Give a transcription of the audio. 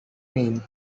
mean